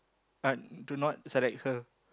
uh do not select her